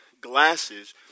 glasses